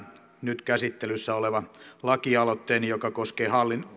nyt käsittelyssä oleva lakialoitteeni joka koskee